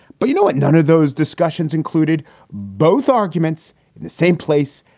but you know what? none of those discussions included both arguments in the same place,